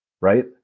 right